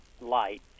light